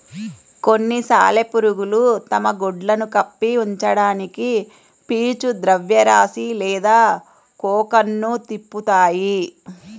కొన్ని సాలెపురుగులు తమ గుడ్లను కప్పి ఉంచడానికి పీచు ద్రవ్యరాశి లేదా కోకన్ను తిప్పుతాయి